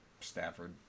Stafford